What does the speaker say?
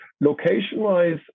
Location-wise